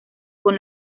con